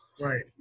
right